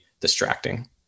distracting